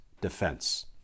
Defense